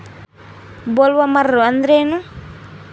Bollworm ಅಂದ್ರೇನು?